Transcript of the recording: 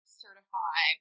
certify